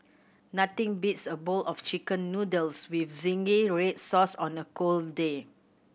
nothing beats a bowl of Chicken Noodles with zingy red sauce on a cold day